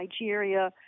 Nigeria